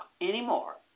anymore